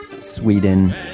Sweden